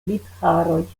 lipharoj